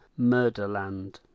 Murderland